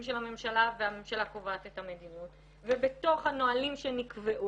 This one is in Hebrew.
של הממשלה והממשלה קובעת את המדיניות ובתוך הנהלים שנקבעו,